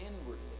inwardly